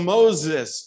Moses